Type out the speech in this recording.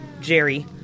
Jerry